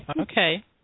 Okay